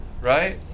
right